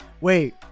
wait